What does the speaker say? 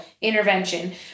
intervention